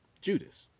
Judas